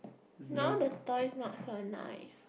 now the toys not so nice